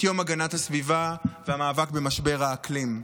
יום הגנת הסביבה והמאבק במשבר האקלים.